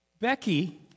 Becky